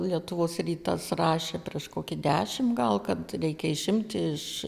lietuvos rytas rašė prieš kokį dešimt gal kad reikia išimti iš